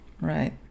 Right